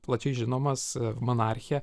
plačiai žinomas monarchė